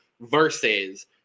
versus